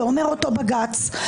אומר אותו בג"ץ,